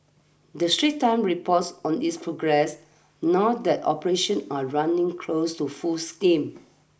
the Straits Times report on its progress now that operations are running close to full steam